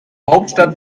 hauptstadt